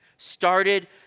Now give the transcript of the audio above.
started